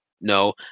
no